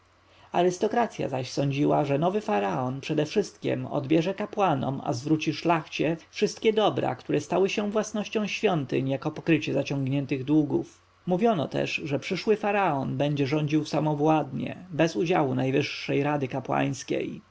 arystokracja zaś sądziła że nowy faraon przedewszystkiem odbierze kapłanom a zwróci szlachcie wszystkie dobra które stały się własnością świątyń jako pokrycie zaciągniętych długów mówiono też że przyszły faraon będzie rządził samowładnie bez udziału najwyższej rady